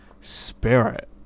spirit